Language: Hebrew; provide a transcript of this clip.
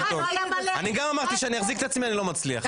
אני גם אמרתי שאני מחזיק את עצמי אני לא מצליח.